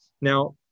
Now